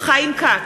חיים כץ,